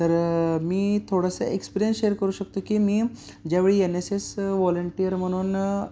तर मी थोडंसं एक्सपिरियन्स शेअर करू शकतो की मी ज्यावेळी एन एस एस व्हॉलेंटिअर म्हणून